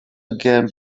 again